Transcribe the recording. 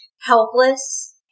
helpless